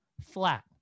flat